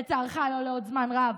לצערך לא לעוד זמן רב.